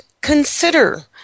consider